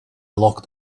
locked